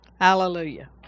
hallelujah